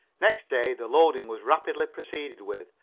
next day the loading was rapidly proceeded with,